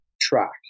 track